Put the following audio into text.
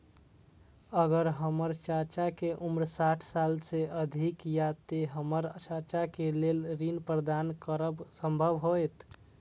अगर हमर चाचा के उम्र साठ साल से अधिक या ते हमर चाचा के लेल ऋण प्राप्त करब संभव होएत?